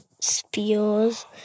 spears